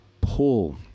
pull